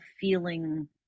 feeling